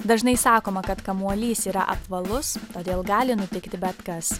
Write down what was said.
dažnai sakoma kad kamuolys yra apvalus todėl gali nutikti bet kas